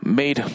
made